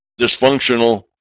dysfunctional